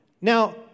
Now